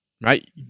Right